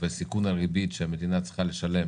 וסיכון הריבית שהמדינה צריכה לשלם